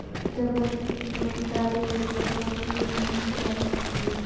जब वस्तु की उपलब्धता अधिक होती है तो वस्तु के मूल्य में गिरावट आती है